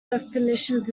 definitions